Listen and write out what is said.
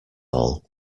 all